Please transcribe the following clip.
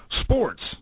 Sports